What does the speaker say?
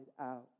out